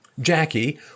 Jackie